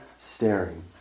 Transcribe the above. staring